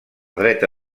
dreta